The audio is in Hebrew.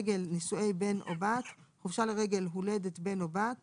הארגונים הכלכליים לבין הסתדרות העובדים הכללית